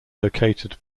located